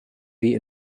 wie